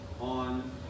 on